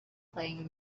playing